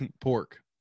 Pork